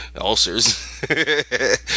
ulcers